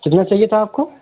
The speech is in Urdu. کتنا چاہیے تھا آپ کو